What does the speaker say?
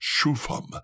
Shufam